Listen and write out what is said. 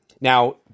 Now